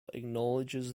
acknowledges